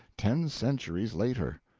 ten centuries later.